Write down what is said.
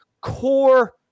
core